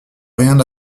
rien